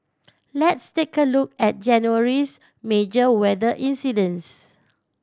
let's take a look at January's major weather incidents